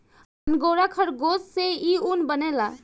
angora खरगोश से इ ऊन बनेला